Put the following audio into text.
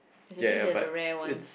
is actually the the rare one